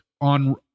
on